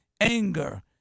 anger